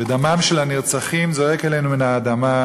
ודמם של הנרצחים זועק אלינו מן האדמה,